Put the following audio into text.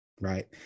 Right